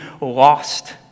lost